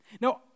Now